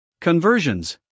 conversions